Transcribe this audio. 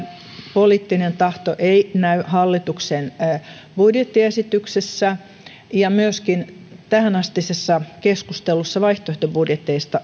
poliittinen tahto ei näy hallituksen budjettiesityksessä ja myöskin tähänastisessa keskustelussa vaihtoehtobudjeteista